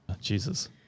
jesus